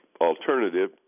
alternative